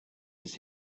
his